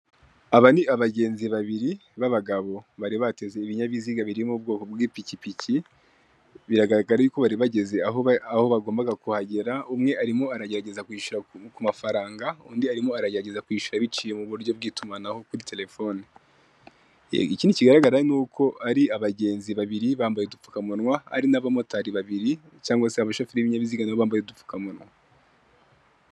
Aba ni abagenzi babiri b'abagabo bari bateze ibinyabiziga biri mu bwoko bw'ipikipiki, biragaragara ko bari bageze aho bagombaga kugera umwe arimo aragerageza kwishyura ku mafaranga undi arimo aragerageza kwishyura biciye muburyo by'itumanaho kuri terefone. Ikindi kigaragara nuko ari abagenzi babiri bambaye udupfukamunwa hari nama motari babiri cyangwa se abashoferi bambaye udupfukamunwa.